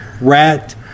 rat